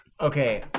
Okay